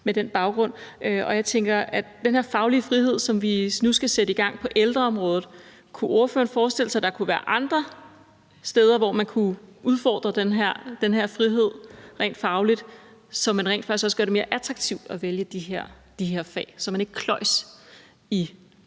om ordføreren i forhold til den her faglige frihed, som vi nu skal til at indføre på ældreområdet, forestiller sig, at der kunne være andre steder, hvor man kan udbrede den her frihed rent fagligt, så man rent faktisk også gør det mere attraktivt at vælge de her fag, og så medarbejderne ikke kløjs i